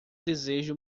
desejo